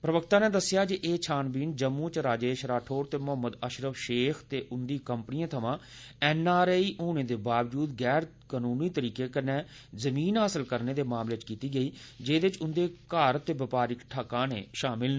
प्रवक्ता नै दस्सैआ जे एह छानबान जम्मू इच राजेश राठौर ते मोहम्मद अशरफ शेख हुंदे ते उंदी कम्पनिएं थमां एनआरआई होने दे बावजूद गैर कनूनी तरीके नै जमीं हासल करने दे मामले इच कीती गेई जेदे इच उंदे घरै ते बपारिक ठिकाने बी शामिल हे